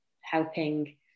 helping